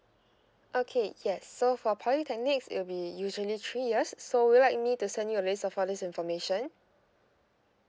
okay yes so for polytechnics it'll be usually three years so would you like me to send you a list of all this information